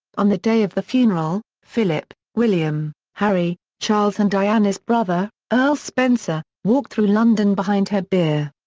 on the day of the funeral, philip, william, harry, charles and diana's brother, earl spencer, walked through london behind her bier.